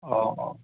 অঁ অঁ